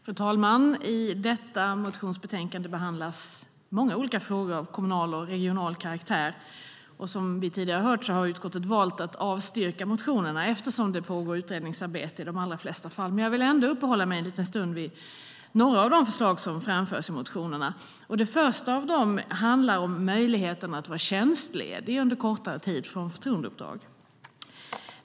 Fru talman! I detta motionsbetänkande behandlas många olika frågor av kommunal och regional karaktär. Som vi tidigare har hört har utskottet valt att avstyrka motionerna eftersom det pågår utredningsarbete i de allra flesta fall. Jag vill ändå uppehålla mig en liten stund vid några av de förslag som framförs i motionerna. Det första av dem handlar om möjligheten att vara tjänstledig under kortare tid från förtroendeuppdrag.